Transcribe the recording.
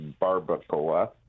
barbacoa